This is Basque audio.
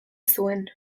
zuen